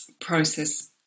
process